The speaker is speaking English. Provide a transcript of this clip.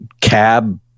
cab